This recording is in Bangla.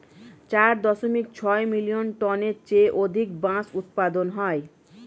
চার দশমিক ছয় মিলিয়ন টনের চেয়ে অধিক বাঁশ উৎপাদন হয়